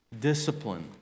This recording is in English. Discipline